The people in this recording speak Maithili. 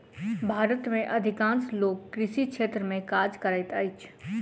भारत में अधिकांश लोक कृषि क्षेत्र में काज करैत अछि